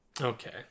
Okay